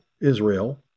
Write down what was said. Israel